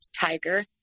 Tiger